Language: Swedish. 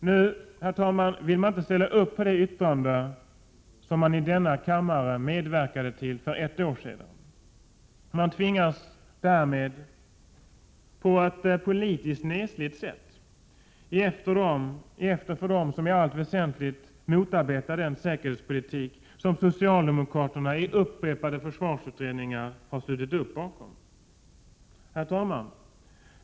Nu, herr talman, vill man inte ställa upp bakom det uttalande som man i denna kammare medverkade till för ett år sedan. Man tvingas därmed att på ett politiskt nesligt sätt ge efter för dem som i allt väsentligt motarbetar den säkerhetspolitik som socialdemokraterna i upprepade försvarsutredningar har slutit upp bakom. Herr talman!